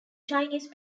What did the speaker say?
chinese